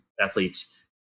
athletes